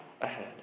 ahead